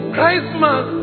Christmas